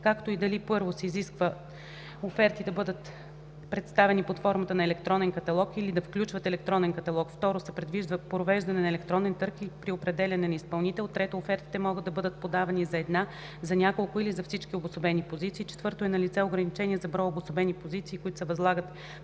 както и дали: 1. се изисква офертите да бъдат представени под формата на електронен каталог или да включват електронен каталог; 2. се предвижда провеждане на електронен търг при определяне на изпълнител; 3. офертите могат да бъдат подавани за една, за няколко или за всички обособени позиции; 4. е налице ограничение за броя обособени позиции, които се възлагат